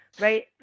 right